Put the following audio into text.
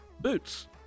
Boots